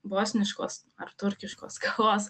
bosniškos ar turkiškos kavos